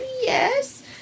Yes